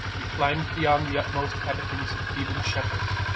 we climbed beyond the utmost habitings of theban shepherds,